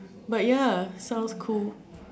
but ya sounds cool